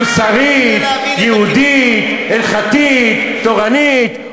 מוסרית, יהודית, הלכתית, תורנית.